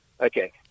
Okay